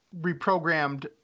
reprogrammed